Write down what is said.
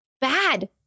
bad